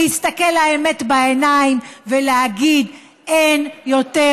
להסתכל לאמת בעיניים ולהגיד: אין יותר